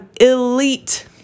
elite